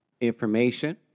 information